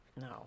No